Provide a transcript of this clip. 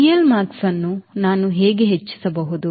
CLmax ಅನ್ನು ನಾನು ಹೇಗೆ ಹೆಚ್ಚಿಸಬಹುದು